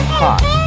hot